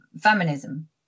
feminism